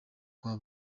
kwa